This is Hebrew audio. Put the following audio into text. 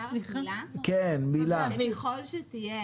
ככל שתהיה